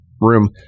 room